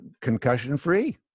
Concussion-free